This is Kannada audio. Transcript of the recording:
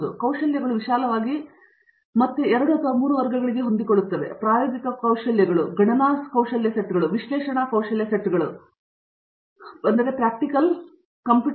ಆದ್ದರಿಂದ ಕೌಶಲ್ಯಗಳು ವಿಶಾಲವಾಗಿ ಮತ್ತೆ 2 ಅಥವಾ 3 ವರ್ಗಗಳಿಗೆ ಹೊಂದಿಕೊಳ್ಳುತ್ತವೆ ಪ್ರಾಯೋಗಿಕ ಕೌಶಲಗಳು ಗಣನಾ ಕೌಶಲ್ಯ ಸೆಟ್ಗಳು ಮತ್ತು ವಿಶ್ಲೇಷಣಾ ಕೌಶಲ್ಯ ಸೆಟ್ಗಳಾಗಿರಬಹುದು